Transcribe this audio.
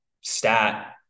stat